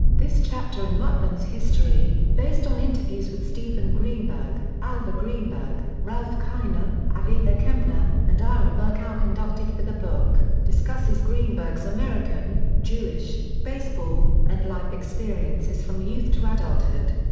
this chapter in ruttman's history, based on interviews with stephen greenberg, alva greenberg, ralph kiner, aviva kempner, and ira berkow conducted for the book, discusses greenberg's american, jewish, baseball, and life experiences from youth to adulthood.